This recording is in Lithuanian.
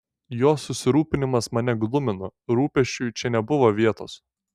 jo susirūpinimas mane glumino rūpesčiui čia nebuvo vietos